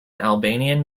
albanian